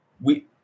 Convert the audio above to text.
we-